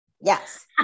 Yes